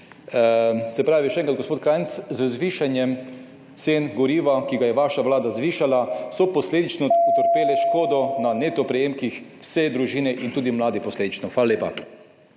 to potrdil. Še enkrat, gospod Kranjc, z zvišanjem cen goriva, ki ga je vaša vlada zvišala, so posledično utrpele škodo na neto prejemkih vse družine in posledično tudi mladi. Hvala lepa.